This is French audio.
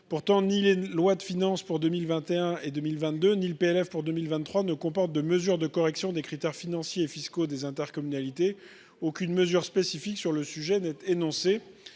pourtant ni les lois de finances pour 2021 et 2022, ni le PLF pour 2023 ne comporte de mesures de correction des critères financiers et fiscaux des intercommunalités, aucune mesure spécifique sur le sujet n'est énoncé